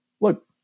look